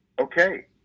okay